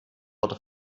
wurde